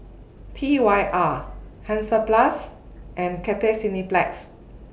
T Y R Hansaplast and Cathay Cineplex